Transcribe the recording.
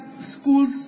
schools